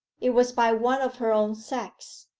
it was by one of her own sex.